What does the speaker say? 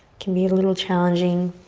can be a little challenging